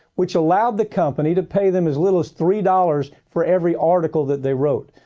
which allowed the company to pay them as little as three dollars for every article that they wrote.